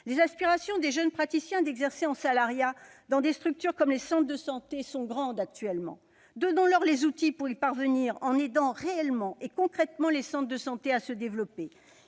les aspirations des jeunes praticiens à exercer en salariat dans des structures comme les centres de santé sont grandes. Donnons-leur les outils pour y parvenir en aidant réellement et concrètement les centres de santé à se développer.